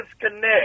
disconnect